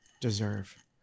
deserve